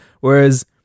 whereas